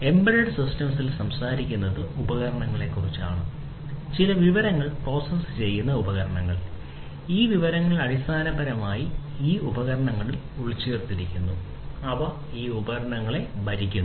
embedded സിസ്റ്റംസ്ൽ സംസാരിക്കുന്നത് ഉപകരണങ്ങളെക്കുറിച്ചാണ് ചില വിവരങ്ങൾ പ്രോസസ്സ് ചെയ്യുന്ന ഉപകരണങ്ങളെക്കുറിച്ചാണ് ഈ വിവരങ്ങൾ അടിസ്ഥാനപരമായി ഈ ഉപകരണങ്ങളിൽ ഉൾച്ചേർത്തിരിക്കുന്നു അവ ഈ ഉപകരണങ്ങളിൽ സംഭരിച്ചിരിക്കുന്നു